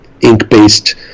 ink-based